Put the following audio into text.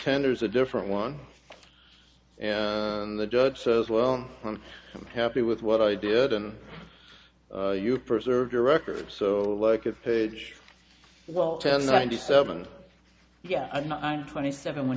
tenders a different one and the judge says well i'm happy with what i did and you presented your record so like a page well ten twenty seven yeah i'm twenty seven when